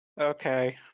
okay